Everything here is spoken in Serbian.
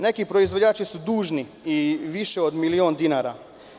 Neki proizvođači su dužni i više od milion dinara.